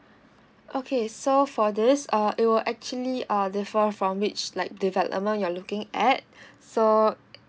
okay so for this uh it will actually uh differ from which like development you are looking at so